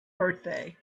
birthday